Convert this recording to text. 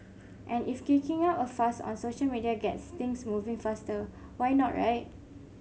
and if kicking up a fuss on social media gets things moving faster why not right